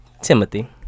Timothy